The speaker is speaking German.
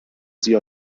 sie